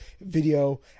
video